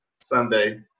Sunday